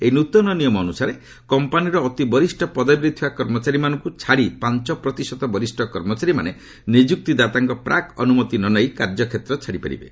ଏହି ନୂତନ ନିୟମ ଅନୁସାରେ କମ୍ପାନୀର ଅତି ବରିଷ୍ଣ ପଦବୀରେ ଥିବା କର୍ମଚାରୀମାନଙ୍କୁ ଛାଡ଼ି ପାଞ୍ଚ ପ୍ରତିଶତ ବରିଷ୍ଣ କର୍ମଚାରୀମାନେ ନିଯୁକ୍ତିଦାତାଙ୍କ ପ୍ରାକ୍ ଅନୁମତି ନ ନେଇ କାର୍ଯ୍ୟକ୍ଷେତ୍ର ଛାଡ଼ି ପାରିବେ